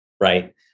right